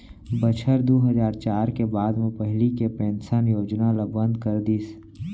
बछर दू हजार चार के बाद म पहिली के पेंसन योजना ल बंद कर दिस